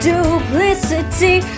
Duplicity